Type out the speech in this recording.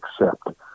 Accept